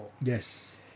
Yes